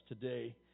today